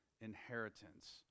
inheritance